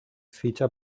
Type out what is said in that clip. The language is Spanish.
ficha